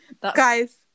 Guys